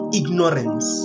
ignorance